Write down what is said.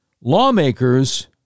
Lawmakers